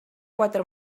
quatre